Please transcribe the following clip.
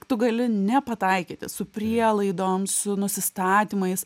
tu gali nepataikyti su prielaidom su nusistatymais